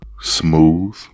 smooth